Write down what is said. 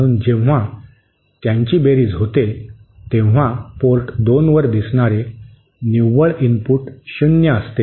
म्हणून जेव्हा त्यांची बेरीज होते तेव्हा पोर्ट 2 वर दिसणारे निव्वळ इनपुट शून्य असते